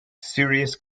serious